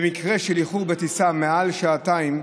במקרה של איחור בטיסה מעל שעתיים,